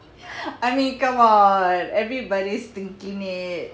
I mean come on everybody's thinking it